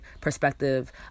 perspective